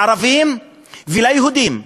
לערבים וליהודים.